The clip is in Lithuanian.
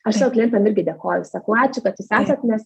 aš savo klientam irgi dėkoju sakau ačiū kad jūs esat nes